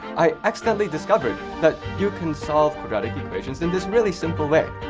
i accidentally discovered that you can solve quadratic equations in this really simple way.